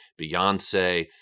beyonce